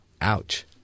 Ouch